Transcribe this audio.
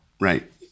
Right